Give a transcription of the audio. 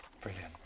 Brilliant